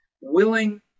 willing